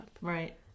Right